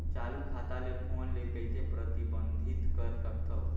चालू खाता ले फोन ले कइसे प्रतिबंधित कर सकथव?